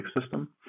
system